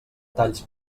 talls